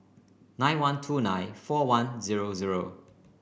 nine one two nine four one zero zero